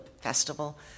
festival